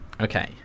Okay